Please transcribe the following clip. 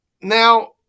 Now